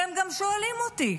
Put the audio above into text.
והם גם שואלים אותי: